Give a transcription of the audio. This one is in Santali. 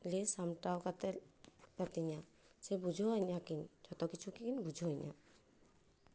ᱞᱟᱹᱭ ᱥᱟᱢᱴᱟᱣ ᱠᱟᱛᱮᱫ ᱠᱟᱛᱤᱧᱟ ᱥᱮ ᱵᱩᱡᱷᱟᱹᱣᱤᱧᱟ ᱠᱤᱱ ᱡᱚᱛᱚ ᱠᱤᱪᱷᱩ ᱠᱤᱱ ᱵᱩᱡᱷᱟᱣᱤᱧᱟ